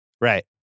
Right